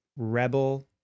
Rebel